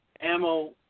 Ammo